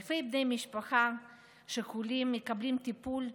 אלפי בני משפחה שכולים מקבלים טיפול,